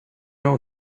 know